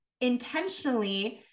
intentionally